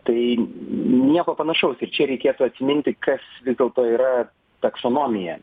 tai nieko panašaus ir čia reikėtų atsiminti kas vis dėlto yra taksonomija